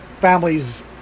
families